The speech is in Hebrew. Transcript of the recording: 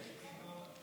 זה בחינות,